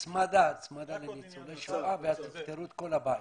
הצמדה לניצולי שואה ואז תפתרו את כל הבעיה.